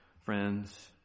friends